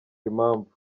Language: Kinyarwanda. impamvu